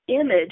image